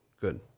good